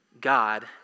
God